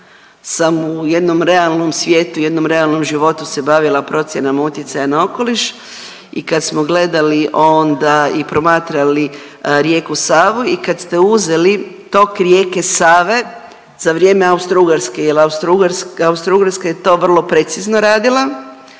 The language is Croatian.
sam u jednom realnom svijetu, jednom realnom životu se bavila procjenama utjecaja na okoliš i kad smo gledali onda i promatrali rijeku Savu i kad ste uzeli tok rijeke Save za vrijeme Austro-ugarske, jer Austro-ugarska je to vrlo precizno radila